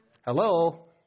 Hello